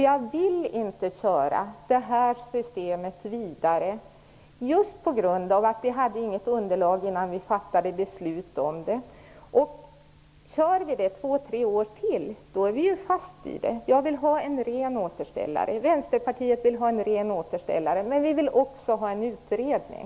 Jag vill inte föra det här systemet vidare, just på grund av att vi inte hade något underlag innan vi fattade beslut om det. Kör vi med det två tre år till, då är vi fast i det. Vänsterpartiet vill ha en ren återställare, men vi vill också ha en utredning.